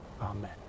Amen